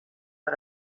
per